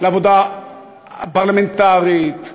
לעבודה הפרלמנטרית.